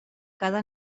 cada